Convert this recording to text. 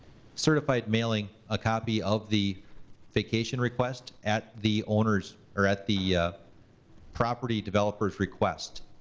certified mailing a copy of the vacation request at the owner's, or at the property developer's request.